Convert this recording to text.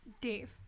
Dave